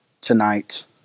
tonight